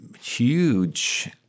huge